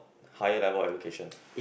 higher level education